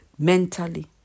Mentally